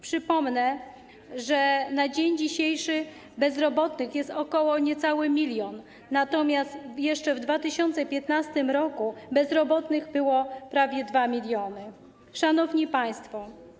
Przypomnę, że na dzień dzisiejszy bezrobotnych jest niecały 1 mln, natomiast jeszcze w 2015 r. bezrobotnych było prawie 2 mln. Szanowni Państwo!